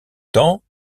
temps